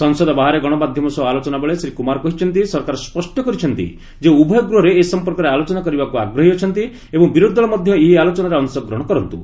ସଂସଦ ବାହାରେ ଗଣମାଧ୍ୟମ ସହ ଆଲୋଚନା ବେଳେ ଶ୍ରୀ କୁମାର କହିଛନ୍ତି ସରକାର ସ୍ୱଷ୍ଟ କରିଛନ୍ତି ଯେ ଉଭୟ ଗୃହରେ ଏ ସମ୍ପର୍କରେ ଆଲୋଚନା କରିବାକୁ ଆଗ୍ରହୀ ଅଛନ୍ତି ଏବଂ ବିରୋଧ୍ୟ ଦଳ ମଧ୍ୟ ଏହି ଆଲୋଚନାରେ ଅଂଶଗ୍ରହଣ କରନ୍ତ୍ର